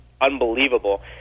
unbelievable